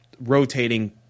rotating